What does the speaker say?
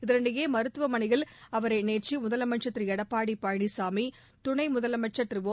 இதனிடையே மருத்துவமனையில் அவரை நேற்று முதலமைச்சர் திரு எடப்பாடி பழனிசாமி துணை முதலமைச்சர் திரு ஒ